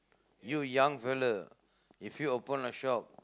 you young fella if you open a shop